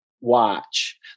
watch